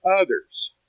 others